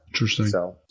Interesting